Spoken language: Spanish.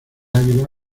águila